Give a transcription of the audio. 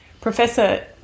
Professor